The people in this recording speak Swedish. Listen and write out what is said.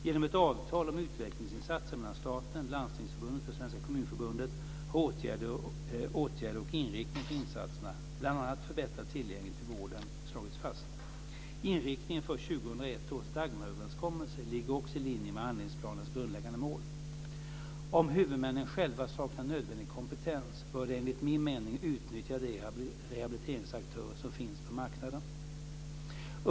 Genom ett avtal om utvecklingsinsatser mellan staten, Landstingsförbundet och Svenska Kommunförbundet har åtgärder och inriktning för insatserna, bl.a. förbättrad tillgänglighet till vården, slagits fast. Inriktningen för 2001 års Dagmaröverenskommelse ligger också i linje med handlingsplanens grundläggande mål. Om huvudmännen själva saknar nödvändig kompetens bör de enligt min mening utnyttja de rehabiliteringsaktörer som finns på marknaden.